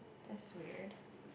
that's weird